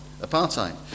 apartheid